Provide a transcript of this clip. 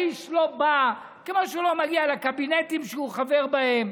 האיש לא בא כמו שהוא לא מגיע לקבינטים שהוא חבר בהם,